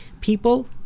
People